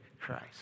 Christ